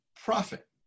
Profit